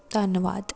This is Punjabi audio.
ਧੰਨਵਾਦ